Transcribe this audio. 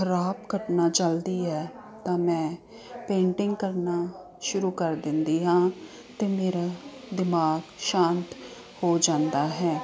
ਖਰਾਬ ਘਟਣਾ ਚੱਲਦੀ ਹੈ ਤਾਂ ਮੈਂ ਪੇਂਟਿੰਗ ਕਰਨਾ ਸ਼ੁਰੂ ਕਰ ਦਿੰਦੀ ਹਾਂ ਅਤੇ ਮੇਰਾ ਦਿਮਾਗ ਸ਼ਾਂਤ ਹੋ ਜਾਂਦਾ ਹੈ